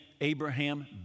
Abraham